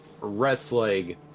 wrestling